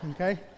Okay